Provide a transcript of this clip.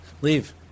Leave